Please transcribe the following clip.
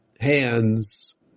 hands